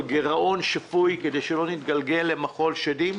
גירעון שפוי כדי שלא נתגלגל למחול שדים,